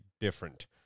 different